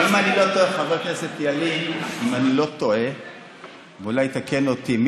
אם אני לא טועה,